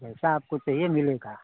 जैसा आपको चाहिए मिलेगा